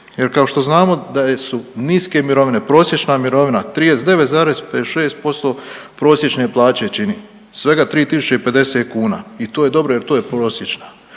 jer, kao što znamo da niske mirovine, prosječna mirovina 39,56% prosječne plaće čini, svega 3050 kuna i to je dobro jer to je prosječno